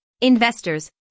investors